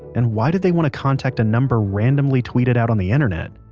and why did they want to contact a number randomly tweeted out on the internet?